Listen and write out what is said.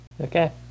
Okay